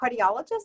Cardiologist